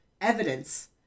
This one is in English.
evidence